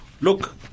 Look